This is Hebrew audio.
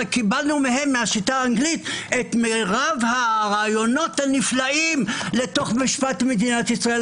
הרי קיבלנו מהם את מרב הרעיונות הנפלאים לתוך משפט מדינת ישראל,